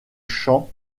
chants